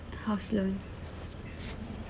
house loan